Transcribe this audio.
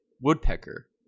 woodpecker